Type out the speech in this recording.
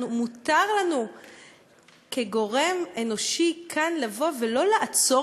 מותר לנו כגורם אנושי לבוא ולא לעצור